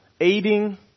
Aiding